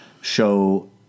show